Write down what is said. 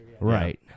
Right